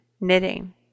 knitting